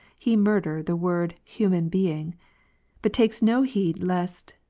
he murder the word human being but takes no heed, lest,